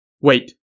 Wait